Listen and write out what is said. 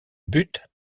but